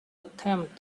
attempt